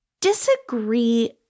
disagree